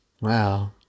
Wow